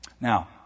Now